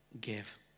give